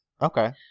Okay